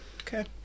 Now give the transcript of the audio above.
Okay